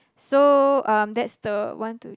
so um that's the one two